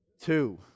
Two